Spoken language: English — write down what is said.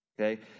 Okay